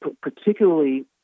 particularly